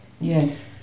Yes